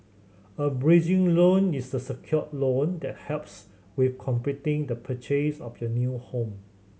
a bridging loan is a secured loan that helps with completing the purchase of your new home